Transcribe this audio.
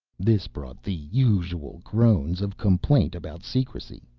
this brought the usual groans of complaint about secrecy,